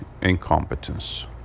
incompetence